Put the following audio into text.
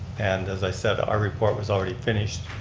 and as i said, our report was already finished,